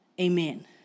Amen